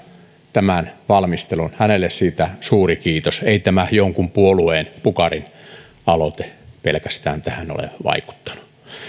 tämän valmistelun hänelle siitä suuri kiitos ei jonkun puolueen pukarin aloite tähän pelkästään ole vaikuttanut